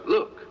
Look